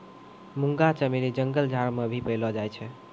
मुंगा चमेली जंगल झाड़ मे भी पैलो जाय छै